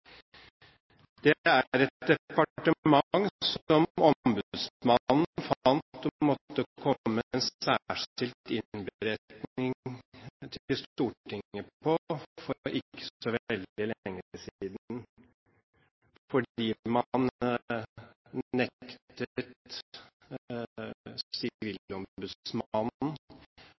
Det er et departement som ombudsmannen fant å måtte komme med en særskilt innberetning om til Stortinget for ikke